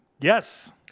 Yes